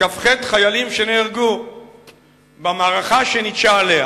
חיילים שנהרגו במערכה שניטשה עליה.